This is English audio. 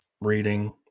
reading